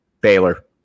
Baylor